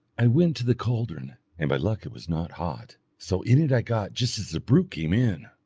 i went to the caldron, and by luck it was not hot, so in it i got just as the brute came in.